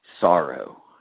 sorrow